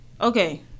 Okay